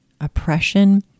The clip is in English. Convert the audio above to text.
oppression